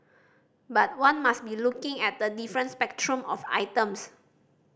but one must be looking at a different spectrum of items